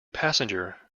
passenger